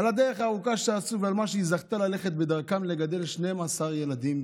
על הדרך הארוכה שעשו ועל כך שהיא זכתה ללכת בדרכן לגדל 12 ילדים,